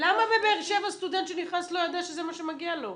למה בבאר שבע סטודנט שנכנס לא יודע שזה מה שמגיע לו?